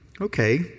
Okay